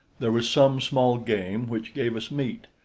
there was some small game which gave us meat,